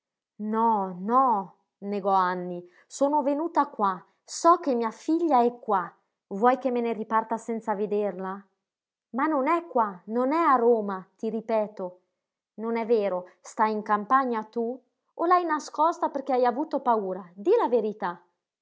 no no negò anny sono venuta qua so che mia figlia è qua vuoi che me ne riparta senza vederla ma non è qua non è a roma ti ripeto non è vero stai in campagna tu o l'hai nascosta perché hai avuto paura di la verità